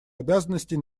обязанностей